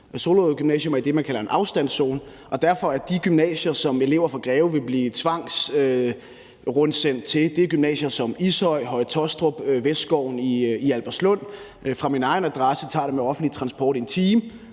Solrød Gymnasium er i det, man kalder en afstandszone, og derfor er de gymnasier, som elever fra Greve vil blive tvangsflyttet til, gymnasier i Ishøj, Høje-Taastrup og Vestskoven i Albertslund. Fra min egen adresse tager det med offentlig transport eksempelvis